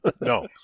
No